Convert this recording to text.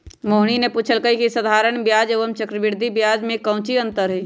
मोहिनी ने पूछल कई की साधारण ब्याज एवं चक्रवृद्धि ब्याज में काऊची अंतर हई?